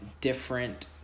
different